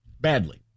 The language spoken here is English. badly